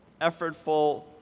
Effortful